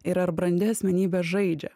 ir ar brandi asmenybė žaidžia